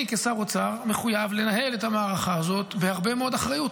אני כשר אוצר מחויב לנהל את המערכה הזאת בהרבה מאוד אחריות.